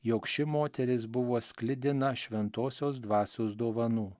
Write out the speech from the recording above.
jog ši moteris buvo sklidina šventosios dvasios dovanų